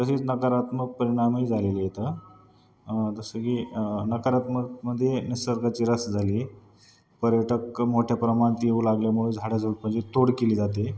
तसेच नकारात्मक परिणामही झालेले इथं जसं की नकारात्मकमध्ये निसर्गाची रस झाली पर्यटक मोठ्या प्रमाणात येऊ लागल्यामुळे झाडं झुडपांची तोड केली जाते